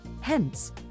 Hence